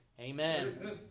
Amen